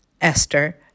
Esther